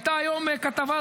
הייתה היום כתבה,